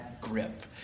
grip